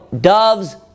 dove's